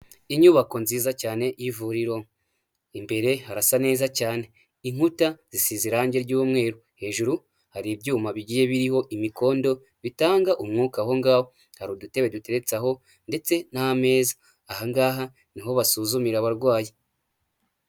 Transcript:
Inyubako nziza cyane y'ivuriro, imbere harasa neza cyane, inkuta zisize irange ry'umweru, hejuru hari ibyuma bigiye biriho imikondo bitanga umwuka aho ngaho, hari udutebe duteretse aho ndetse n'ameza, aha ngaha ni ho basuzumira abarwayi.